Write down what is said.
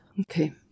Okay